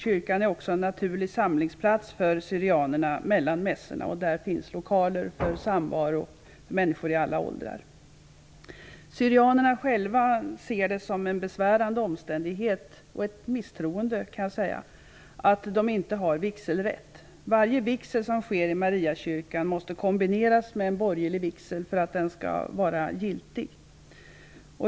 Kyrkan är också en naturlig samlingsplats för syrianerna mellan mässorna. Där finns lokaler för samvaro mellan människor i alla åldrar. Syrianerna ser det själva som en besvärande omständighet och ett misstroende att de inte har vigselrätt. Varje vigsel som sker i Mariakyrkan måste kombineras med en borgerlig vigsel för att den skall vara giltig.